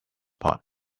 part